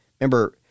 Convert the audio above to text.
remember